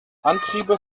antriebe